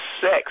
sex